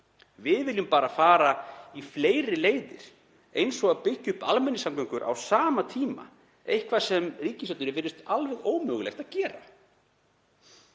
Við viljum bara fara fleiri leiðir eins og að byggja upp almenningssamgöngur á sama tíma, eitthvað sem ríkisstjórninni virðist alveg ómögulegt að gera.